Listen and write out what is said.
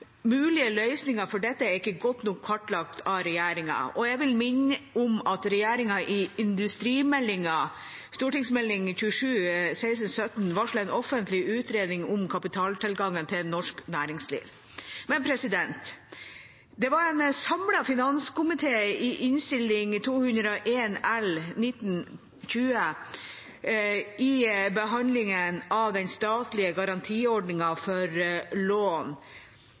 Mulige løsninger for dette er ikke godt nok kartlagt av regjeringen, og jeg vil minne om at regjeringen i industrimeldingen, Meld. St. 27 for 2016–2017, varslet en offentlig utredning om kapitaltilgangen til norsk næringsliv. Det var en samlet finanskomite som i Innst. 201 L for 2019–2020, i behandlingen av den statlige garantiordningen for lån